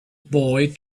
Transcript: boy